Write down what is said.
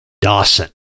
Dawson